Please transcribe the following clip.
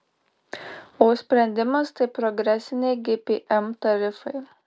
o sprendimas tai progresiniai gpm tarifai